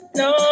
no